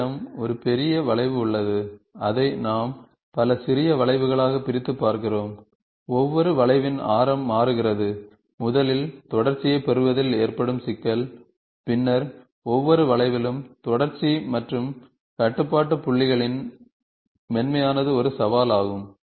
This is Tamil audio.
உங்களிடம் ஒரு பெரிய வளைவு உள்ளது அதை நாம் பல சிறிய வளைவுகளாகப் பிரித்துப் பார்க்கிறோம் ஒவ்வொரு வளைவின் ஆரம் மாறுகிறது முதலில் தொடர்ச்சியைப் பெறுவதில் ஏற்படும் சிக்கல் பின்னர் ஒவ்வொரு வளைவிலும் தொடர்ச்சி மற்றும் கட்டுப்பாட்டு புள்ளிகளின் மென்மையானது ஒரு சவாலாகும்